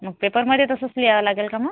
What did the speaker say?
मग पेपरमध्ये तसंच लिहावं लागेल का मग